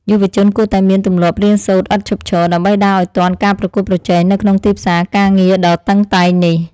យុវជនគួរតែមានទម្លាប់រៀនសូត្រឥតឈប់ឈរ ដើម្បីដើរឱ្យទាន់ការប្រកួតប្រជែងនៅក្នុងទីផ្សារការងារដ៏តឹងតែងនេះ។